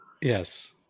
Yes